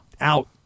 out